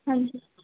हां जी